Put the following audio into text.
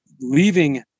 leaving